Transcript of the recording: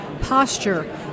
posture